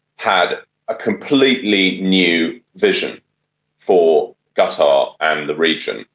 had a completely new vision for qatar and the region.